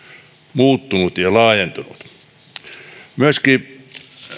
muuttunut ja ja laajentunut